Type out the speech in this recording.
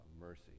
mercy